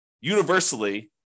universally